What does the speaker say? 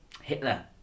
Hitler